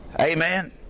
Amen